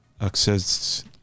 access